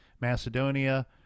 Macedonia